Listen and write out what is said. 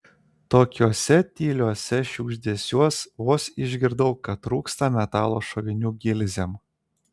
tokiuose tyliuose šiugždesiuos vos išgirdau kad trūksta metalo šovinių gilzėm